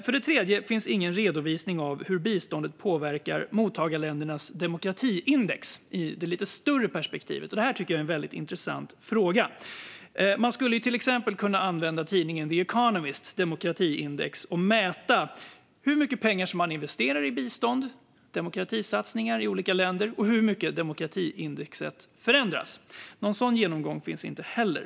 För det fjärde finns ingen redovisning av hur biståndet påverkar mottagarländernas demokratiindex i det lite större perspektivet. Detta tycker jag är en väldigt intressant fråga. Man skulle till exempel kunna använda tidningen The Economists demokratiindex och mäta hur mycket pengar man investerar i bistånd och demokratisatsningar i olika länder och hur mycket demokratiindexet förändras. Någon sådan genomgång finns inte heller.